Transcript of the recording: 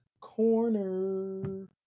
Corner